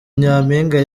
nyampinga